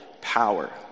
power